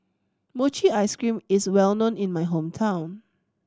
mochi ice cream is well known in my hometown